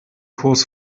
kurs